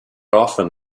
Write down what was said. often